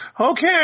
okay